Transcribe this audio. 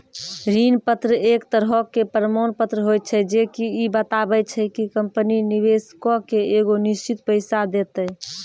ऋण पत्र एक तरहो के प्रमाण पत्र होय छै जे की इ बताबै छै कि कंपनी निवेशको के एगो निश्चित पैसा देतै